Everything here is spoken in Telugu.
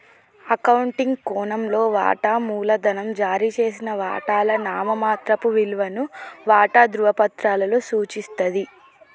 అకౌంటింగ్ కోణంలో, వాటా మూలధనం జారీ చేసిన వాటాల నామమాత్రపు విలువను వాటా ధృవపత్రాలలో సూచిస్తది